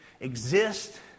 exist